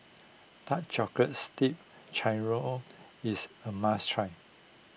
Dark Chocolates Dipped Churro is a must try